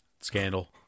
scandal